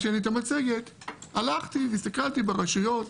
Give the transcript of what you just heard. הלכתי והסתכלתי ברשויות,